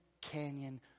Canyon